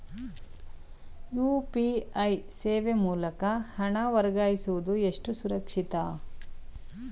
UPI ಸೇವೆ ಮೂಲಕ ಹಣ ವರ್ಗಾಯಿಸುವುದು ಎಷ್ಟು ಸುರಕ್ಷಿತ?